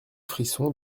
frisson